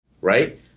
Right